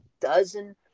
dozen